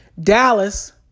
Dallas